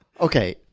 Okay